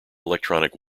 electronic